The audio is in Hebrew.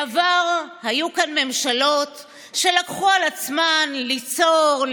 בעבר היו כאן ממשלות שלקחו על עצמן ליצור,